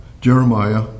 Jeremiah